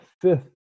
fifth